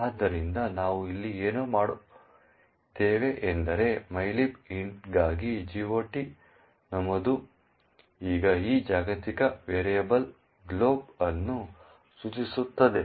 ಆದ್ದರಿಂದ ನಾವು ಇಲ್ಲಿ ಏನು ಮಾಡಿದ್ದೇವೆ ಎಂದರೆ mylib int ಗಾಗಿ GOT ನಮೂದು ಈಗ ಈ ಜಾಗತಿಕ ವೇರಿಯಬಲ್ ಗ್ಲೋಬ್ ಅನ್ನು ಸೂಚಿಸುತ್ತದೆ